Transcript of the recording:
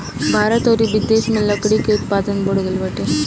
भारत अउरी बिदेस में लकड़ी के उत्पादन बढ़ गइल बाटे